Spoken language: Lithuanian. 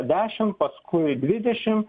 dešim paskui dvidešim